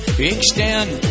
extend